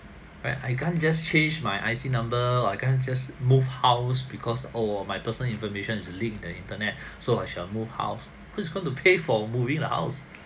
I can't just change my I_C number I can't just move house because oh my personal information is leaked in the internet so I shall move house who's going to pay for moving the house